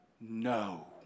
No